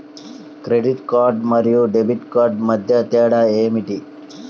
Credit card మరియు debit card మధ్య తేడా ఏమిటి?